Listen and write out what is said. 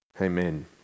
Amen